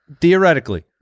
theoretically